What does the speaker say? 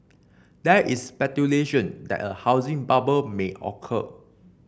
there is speculation that a housing bubble may occur